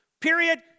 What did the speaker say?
Period